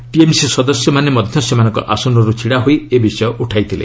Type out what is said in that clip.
TMC ସଦସ୍ୟମାନେ ମଧ୍ୟ ସେମାନଙ୍କ ଆସନର୍ ଛିଡ଼ାହୋଇ ଏ ବିଷୟ ଉଠାଇଥିଲେ